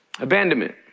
Abandonment